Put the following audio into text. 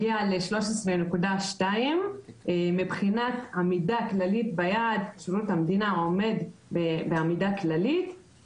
הגיע ל- 13.2. מבחינת עמידה כללית ביעד שירות המדינה עומד בעמידה כללית,